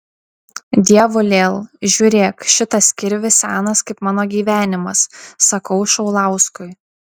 dievulėl žiūrėk šitas kirvis senas kaip mano gyvenimas sakau šaulauskui